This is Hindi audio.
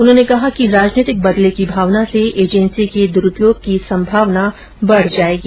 उन्होंने कहा कि राजनीतिक बदले की भावना से एजेंसी के दुरूपयोग की संभावना बढ़ जाएगी